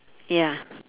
ya